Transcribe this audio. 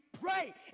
pray